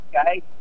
okay